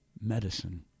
medicine